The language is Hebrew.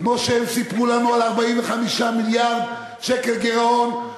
כמו שהם סיפרו לנו על 45 מיליארד שקל גירעון,